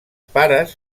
pares